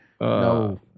No